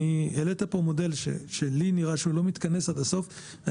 העלית פה מודל שלי נראה שהוא לא מתכנס עד הסוף.